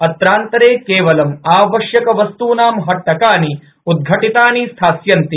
अत्रांतरे केवलं आवश्यक वस्तूनां हट्टकानि उद्घटिता स्थास्यन्ति